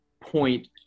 point